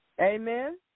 Amen